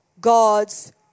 God's